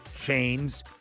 chains